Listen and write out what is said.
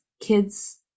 kids